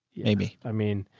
maybe. i mean,